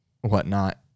whatnot